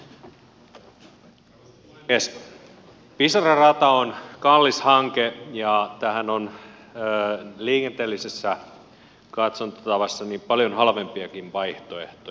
pisara rata on kallis hanke ja tähän on liikenteellisessä katsantotavassa paljon halvempiakin vaihtoehtoja